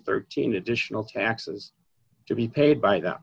thirteen additional taxes to be paid by th